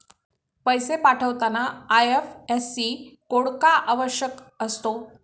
पैसे पाठवताना IFSC code का आवश्यक असतो?